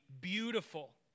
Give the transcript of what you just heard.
beautiful